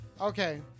Okay